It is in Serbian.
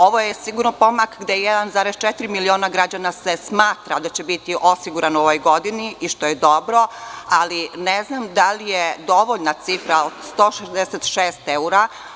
Ovo je sigurno pomak, gde se 1,4 miliona građana smatra da će biti osigurano u ovoj godini, što je dobro, ali ne znam da li je dovoljna cifra od 166 evra.